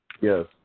Yes